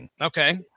Okay